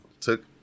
took